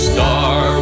Star